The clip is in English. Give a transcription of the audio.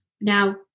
Now